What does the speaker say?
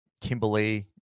Kimberly